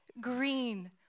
green